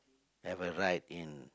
never ride in